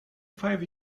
five